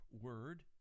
word